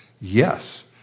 Yes